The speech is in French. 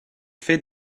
fait